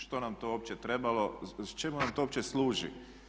Što nam je to uopće trebalo, čemu nam to uopće služi?